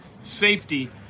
Safety